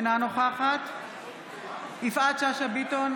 אינה נוכחת יפעת שאשא ביטון,